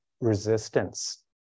resistance